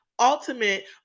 ultimate